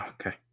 Okay